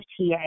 FTA